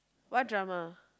what drama